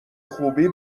خوبی